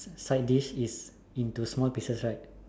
side dish is into small pieces right